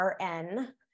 RN